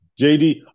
JD